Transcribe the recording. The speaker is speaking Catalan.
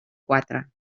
quatre